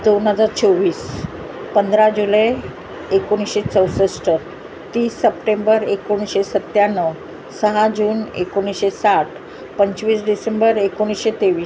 दोन हजार चोवीस पंधरा जुलै एकोणीसशे चौसष्ट तीस सप्टेंबर एकोणीसशे सत्त्याण्णव सहा जून एकोणीसशे साठ पंचवीस डिसेंबर एकोणीसशे तेवीस